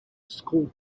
score